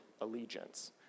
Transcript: allegiance